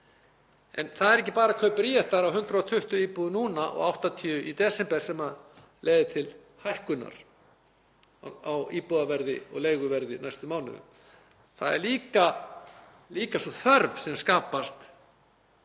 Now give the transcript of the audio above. en það eru ekki bara kaup Bríetar á 120 íbúðum núna og 80 í desember sem leiða til hækkunar á íbúðaverði og leiguverði á næstu mánuðum. Það er líka sú þörf sem skapast á